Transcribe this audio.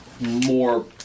more